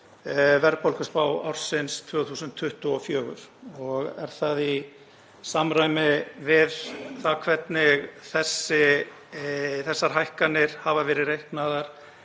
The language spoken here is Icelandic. verðbólguspá ársins 2024. Það er í samræmi við það hvernig þessar hækkanir hafa verið reiknaðar